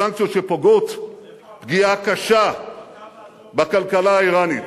סנקציות שפוגעות פגיעה קשה בכלכלה האירנית,